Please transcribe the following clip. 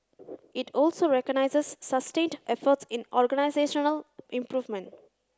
it also recognises sustained efforts in organisational improvement